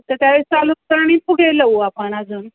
तर त्यावेळेस चालू करू आणि फुगे लाऊ आपण अजून